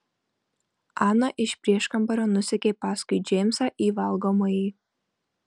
ana iš prieškambario nusekė paskui džeimsą į valgomąjį